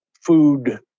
food